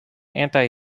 anti